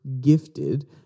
gifted